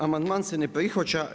Amandman se ne prihvaća.